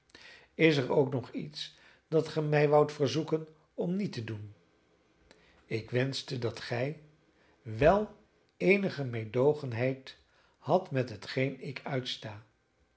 is er ook nog iets dat ge mij woudt verzoeken om niet te doen ik wenschte dat gij wel eenige meedoogendheid had met hetgeen ik uitsta